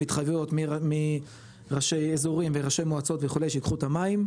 התחייבויות מראשי אזורים וראשי מועצות וכו' שייקחו את המים,